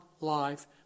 life